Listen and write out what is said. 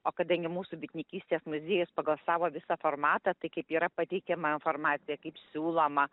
o kadangi mūsų bitininkystės muziejus pagal savo visą formatą tai kaip yra pateikiama informacija kaip siūloma